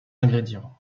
ingrédients